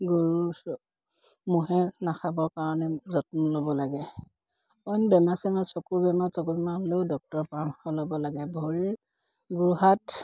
গৰুৰ মহে নাখাবৰ কাৰণে যত্ন ল'ব লাগে অইন বেমাৰ চেমাৰ চকুৰ বেমাৰ টকুৰ বেমাৰ হ'লেও ডক্তৰৰ পৰামৰ্শ ল'ব লাগে ভৰিৰ গোৰোহাত